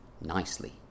nicely